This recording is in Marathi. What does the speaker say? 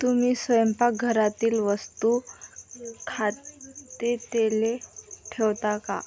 तुम्ही स्वयंपाकघरातील वस्तू खाद्यतेले ठेवता का